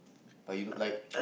but you like